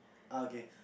okay